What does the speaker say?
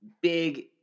big